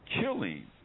killing